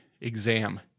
exam